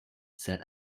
said